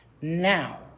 now